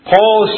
Paul